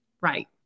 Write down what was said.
Right